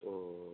ஓ ஓ